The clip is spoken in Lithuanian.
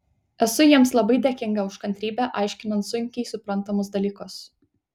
esu jiems labai dėkinga už kantrybę aiškinant sunkiai suprantamus dalykus